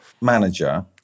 manager